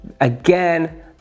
again